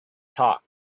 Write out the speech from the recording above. talk